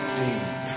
deep